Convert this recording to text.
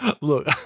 Look